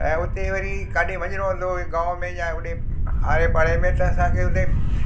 ऐं हुते वरी काॾे वञिणो हूंदो हुओ गांओ में या होॾे आड़े पाड़े में त असांखे हुते